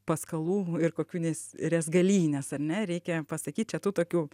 paskalų ir kokių nes rezgalynes ar ne reikia pasakyt čia tų tokių